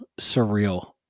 surreal